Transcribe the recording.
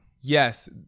Yes